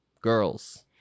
Girls